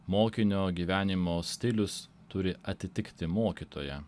mokinio gyvenimo stilius turi atitikti mokytoją